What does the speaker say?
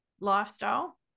lifestyle